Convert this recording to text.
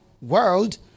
world